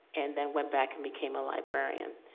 and then went back and became a librarian.